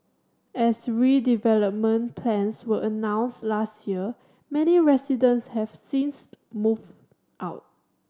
as redevelopment plans were announced last year many residents have since moved out